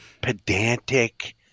pedantic –